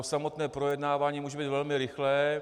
Samotné projednávání může být velmi rychlé.